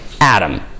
Adam